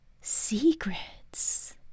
secrets